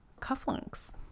cufflinks